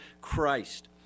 Christ